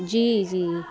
جی جی